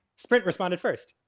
sprint responded first.